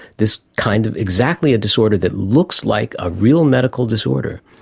this kind of exactly a disorder that looks like a real medical disorder,